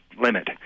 limit